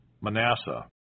Manasseh